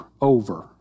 over